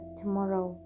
tomorrow